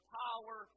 power